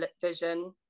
vision